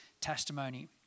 testimony